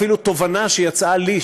אפילו תובנה שיצאה לי,